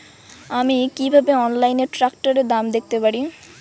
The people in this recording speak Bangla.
আমি কিভাবে অনলাইনে ট্রাক্টরের দাম দেখতে পারি?